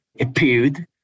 appeared